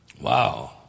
Wow